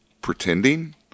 pretending